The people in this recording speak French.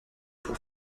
pour